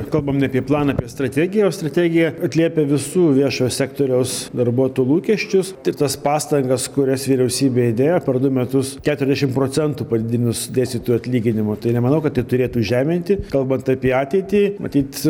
kalbam ne apie planą apie strategiją o strategija atliepia visų viešojo sektoriaus darbuotojų lūkesčius taip tas pastangas kurias vyriausybė įdėjo per du metus keturdešimt procentų padidinus dėstytojų atlyginimą tai nemanau kad tai turėtų žeminti kalbant apie ateitį matyt